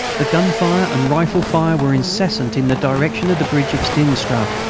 the gun fire and rifle fire were incessant in the direction of the bridge of steenstraate,